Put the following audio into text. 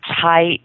tight